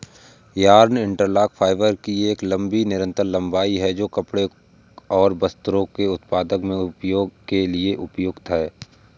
yarn interlock fibre की एक लंबी निरंतर लंबाई है, जो कपड़े और वस्त्रों के उत्पादन में उपयोग के लिए उपयुक्त है